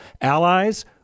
allies